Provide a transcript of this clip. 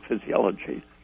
physiology